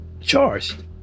charged